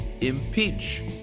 Impeach